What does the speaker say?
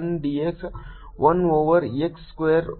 1 dx 1 over x square minus 1 ಗೆ ಸಮಾನವಾಗಿರುತ್ತದೆ